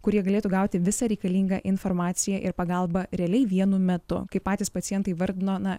kurie galėtų gauti visą reikalingą informaciją ir pagalbą realiai vienu metu kai patys pacientai vardino na